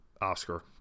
oscar